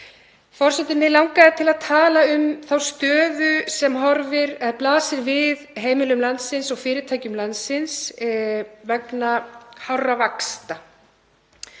Forseti. Mig langaði til að tala um þá stöðu sem blasir við heimilum og fyrirtækjum landsins vegna hárra vaxta.